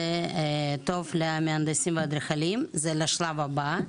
זה טוב למהנדסים ואדריכלים לשלב הבא,